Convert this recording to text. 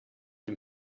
dem